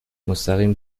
مستقیم